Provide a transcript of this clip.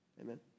Amen